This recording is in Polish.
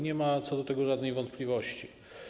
Nie ma co do tego żadnej wątpliwości.